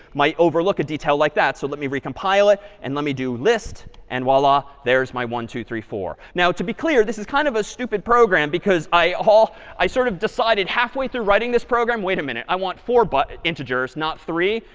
might overlook a detail like that. so let me recompile it. and let me do list. and, voila, there is my one, two, three, four. now, to be clear, this is kind of a stupid program, because i sort of decided halfway through writing this program, wait a minute, i want four but integers, not three.